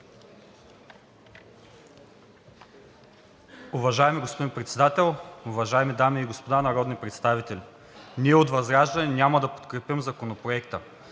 Уважаеми господин Председател, уважаеми дами и господа народни представители! Ние от ВЪЗРАЖДАНЕ няма да подкрепим Законопроекта.